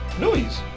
noise